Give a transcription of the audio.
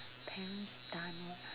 parents done